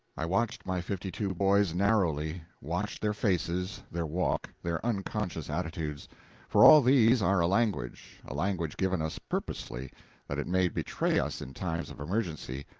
i watched my fifty-two boys narrowly watched their faces, their walk, their unconscious attitudes for all these are a language a language given us purposely that it may betray us in times of emergency,